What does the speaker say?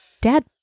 Dad